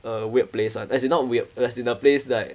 a weird place one as in not weird as in a place like